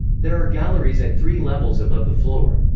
there are galleries at three levels above the floor.